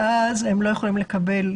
ואז הם לא יכולים לקבל,